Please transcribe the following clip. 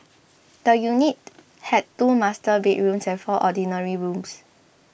the unit had two master bedrooms and four ordinary rooms